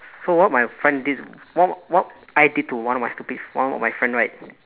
s~ so what my friend did what what I did to one of my stupid one of my friend right